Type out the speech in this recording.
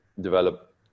develop